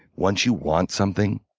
once you want something,